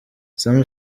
sam